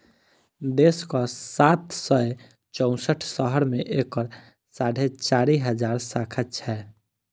देशक सात सय चौंसठ शहर मे एकर साढ़े चारि हजार शाखा छै